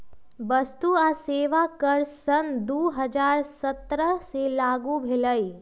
वस्तु आ सेवा कर सन दू हज़ार सत्रह से लागू भेलई